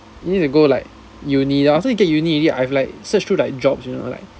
you need to go like uni lah after you get to uni already I've like search through like jobs you know like